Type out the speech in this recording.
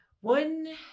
one